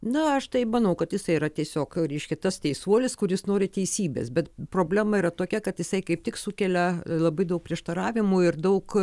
na aš taip manau kad jisai yra tiesiog reiškia tas teisuolis kuris nori teisybės bet problema yra tokia kad jisai kaip tik sukelia labai daug prieštaravimų ir daug